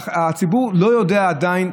הציבור לא יודע עדיין,